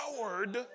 powered